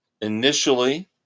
initially